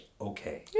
okay